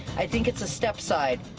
i think it's a step side.